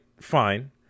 fine